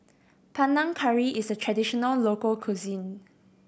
Panang Curry is a traditional local cuisine